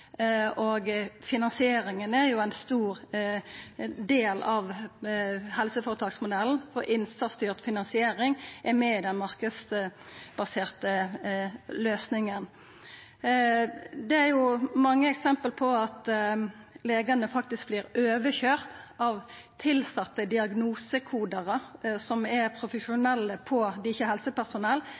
Finansieringa er ein stor del av helseføretaksmodellen, og innsatsstyrt finansiering er med i den marknadsbaserte løysinga. Det er mange eksempel på at legane faktisk vert overkøyrde av tilsette diagnosekodarar. Dei er profesjonelle, dei er ikkje